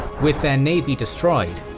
with their navy destroyed,